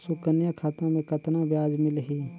सुकन्या खाता मे कतना ब्याज मिलही?